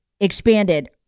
expanded